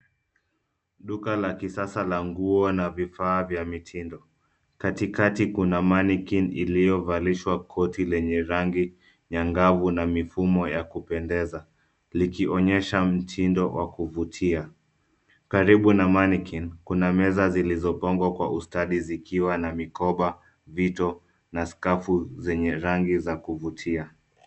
Duka la kisasa la nguo na vifaa vya mitindo katikati kuna manequin ilio valishwa koti yenye rangi ya ngavu na mifumo ya kupendeza likionyesha mtindo wa kuvutiia. Karibu na manequin kuna meza zilizo gongwa kwa ustadi zikiwa na mikoba, vito na skafu zenye rangi za kuvutia.